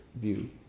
view